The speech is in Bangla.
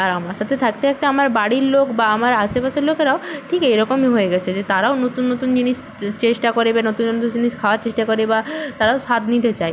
আর আমার সাথে থাকতে থাকতে আমার বাড়ির লোক বা আমার আশেপাশের লোকেরাও ঠিক এই রকমই হয়ে গিয়েছে যে তারাও নতুন নতুন জিনিস চেষ্টা করে বা নতুন নতুন জিনিস খাওয়ার চেষ্টা করে বা তারাও স্বাদ নিতে চায়